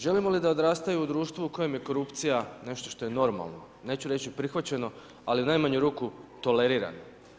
Želimo li da odrastaju u društvu u kojem je korupcija nešto što je normalno, neću reći prihvaćeno ali u najmanju ruku toleriran.